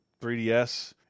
3DS